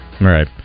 Right